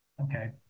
okay